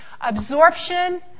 absorption